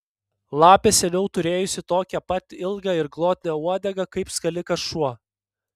lapė seniau turėjusi tokią pat ilgą ir glotnią uodegą kaip skalikas šuo